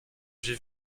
j’ai